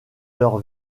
leur